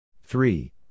Three